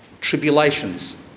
tribulations